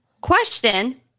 question